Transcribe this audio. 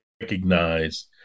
recognize